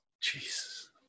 Jesus